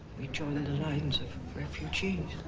we joined an alliance of refugees.